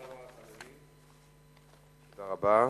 תודה רבה.